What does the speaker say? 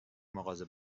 مغازه